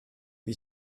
wie